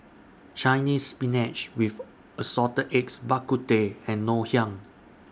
Chinese Spinach with Assorted Eggs Bak Kut Teh and Ngoh Hiang